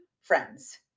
friends